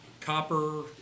copper